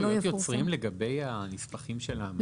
יש זכויות יוצרים לגבי הנספחים של האמנה?